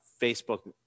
Facebook